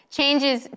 Changes